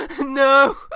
No